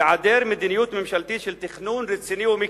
היעדר מדיניות ממשלתית של תכנון רציני ומקיף,